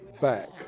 back